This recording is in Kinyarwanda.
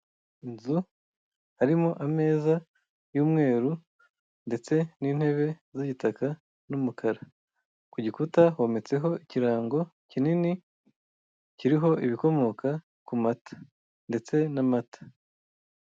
Inzu harimo ameza y'umweru ndetse n'intebe z'igitaka n'umukara, ku gikuta hometseho ikirango kinini kiriho ibikomoka ku mata ndetse n'amata.